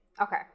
Okay